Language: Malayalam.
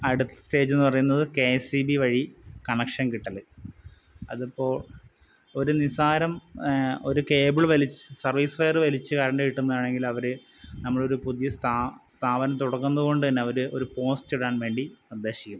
അടുത്ത സ്റ്റേജ് എന്ന് പറയുന്നത് കെ എസ് ഇ ബി വഴി കണക്ഷൻ കിട്ടല് അതിപ്പോൾ ഒരു നിസാരം ഒരു കേബിള് വലിച്ച് സർവീസ് വയറ് വലിച്ച് കരണ്ട് കിട്ടുന്നതാണെങ്കിൽ അവര് നമ്മളൊരു പുതിയ സ്ഥാപനം തുടങ്ങുന്നത് കൊണ്ട് തന്നെ അവര് ഒരു പോസ്റ്റിടാൻ വേണ്ടി നിർദ്ദേശിക്കും